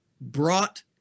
brought